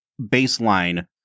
baseline